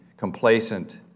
complacent